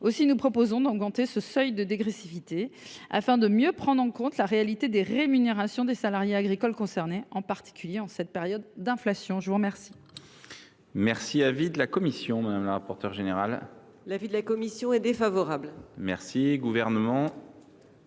Nous proposons donc d’augmenter le seuil de dégressivité, afin de mieux prendre en compte la réalité des rémunérations des salariés agricoles concernés, en particulier en cette période d’inflation. Quel